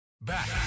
Back